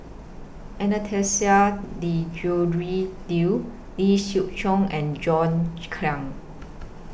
Anastasia Tjendri Liew Lee Siew Choh and John Clang